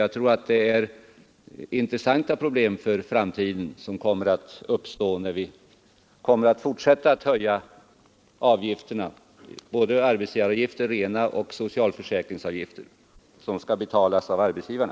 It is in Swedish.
Jag tror nämligen att det kommer att uppstå problem om vi fortsätter att höja arbetsgivaravgiften och socialförsäkringsavgifterna, vilka alltså skall betalas av arbetsgivarna.